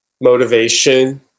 motivation